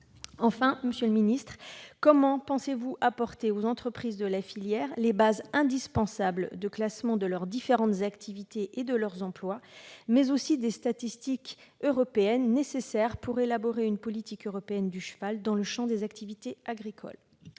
Monsieur le ministre, comment pensez-vous apporter aux entreprises de la filière les bases indispensables de classement de leurs différentes activités et de leurs emplois, mais aussi des statistiques européennes nécessaires pour élaborer une politique européenne du cheval dans le champ des activités agricoles ?